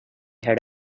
had